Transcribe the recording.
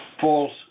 false